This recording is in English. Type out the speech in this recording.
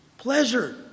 Pleasure